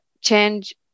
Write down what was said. change